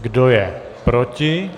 Kdo je proti?